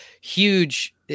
huge